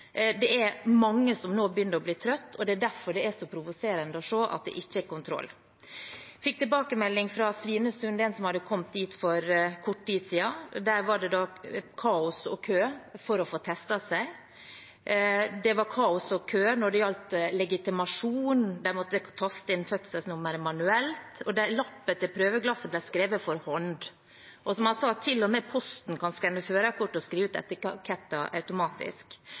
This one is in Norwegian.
nå begynner å bli trøtte. Det er derfor det er provoserende å se at det ikke er kontroll. Jeg fikk en tilbakemelding fra Svinesund, fra en som kom dit for kort tid siden. Der var det kaos og kø for å få testet seg. Det var kaos og kø når det gjaldt legitimasjon. De måtte taste inn fødselsnummeret manuelt. Lappen på prøveglasset ble skrevet for hånd. Som han sa: Til og med Posten kan skrive ut etiketter automatisk. Når det gjelder selve testresultatet, fikk man ikke engang beskjed – heller ikke etter